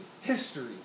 history